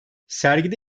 sergide